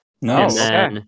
no